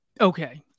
Okay